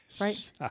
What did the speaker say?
Right